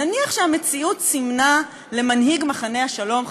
נניח שהמציאות סימנה למנהיג מחנה השלום,